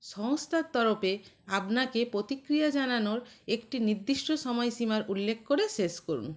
সংস্থার তরফে আপনাকে প্রতিক্রিয়া জানানোর একটি নির্দিষ্ট সময়সীমার উল্লেখ করে শেষ করুন